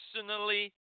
personally